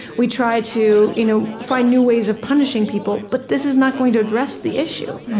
we try to you know find new ways of punishing people. but this is not going to address the issue.